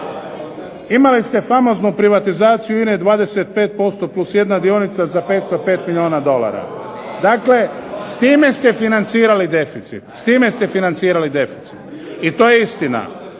Imali ste famoznu privatizaciju INA-e 25% + 1 dionica za 505 milijuna dolara. Dakle, s time ste financirali deficit. S time ste